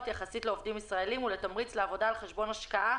יחסית לעובדים ישראלים ולתמריץ לעבודה על חשבון השקעה